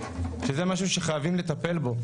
שזה משהו שחייבים לטפל בו.